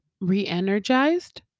re-energized